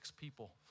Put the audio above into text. people